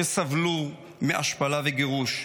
שסבלו מהשפלה וגירוש,